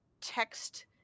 text